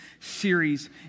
series